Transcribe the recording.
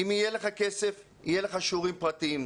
אם יהיה לך כסף - יהיו לך שיעורים פרטיים,